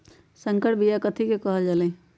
संकर बिया कथि के कहल जा लई?